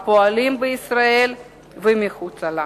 הפועלים בישראל ומחוצה לה.